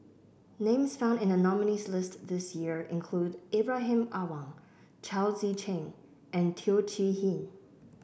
names found in the nominees' list this year include Ibrahim Awang Chao Tzee Cheng and Teo Chee Hean